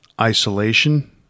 Isolation